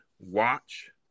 watch